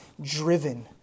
driven